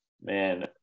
Man